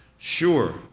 Sure